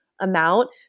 amount